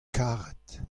karet